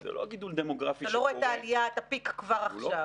אתה לא רואה את ה-peak כבר עכשיו.